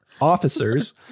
Officers